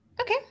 Okay